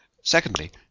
secondly